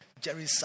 Jerry